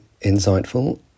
insightful